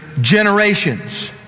generations